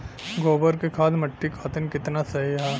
गोबर क खाद्य मट्टी खातिन कितना सही ह?